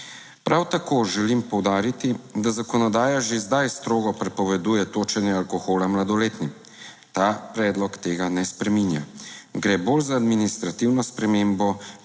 Prav tako želim poudariti, da zakonodaja že zdaj strogo prepoveduje točenje alkohola mladoletnim. Ta predlog tega ne spreminja. Gre bolj za administrativno spremembo,